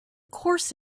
course